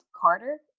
Carter